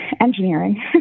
engineering